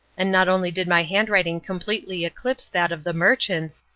and not only did my handwriting completely eclipse that of the merchants,